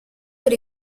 per